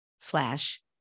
slash